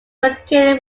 located